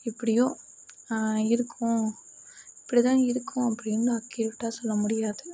எப்படியோ இருக்கோம் இப்படிதான் இருக்கோம் அப்படின்னு நான் கேட்டால் சொல்ல முடியாது